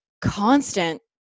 constant